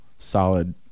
solid